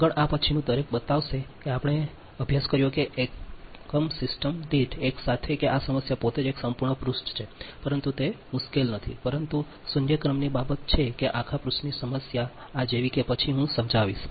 આગળ આ પછીનું દરેક બતાવશે કે આપણે અભ્યાસ કર્યો છે કે એકમ સિસ્ટમ દીઠ એકસાથે કે આ સમસ્યા પોતે જ એક સંપૂર્ણ પૃષ્ઠ છે પરંતુ તે મુશ્કેલ નથી પરંતુ શૂન્ય ક્રમની બાબત છે કે આખા પૃષ્ઠની સમસ્યા આ જેવી છે પછી હું સમજાવીશ